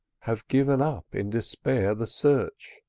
have given up in despair the search.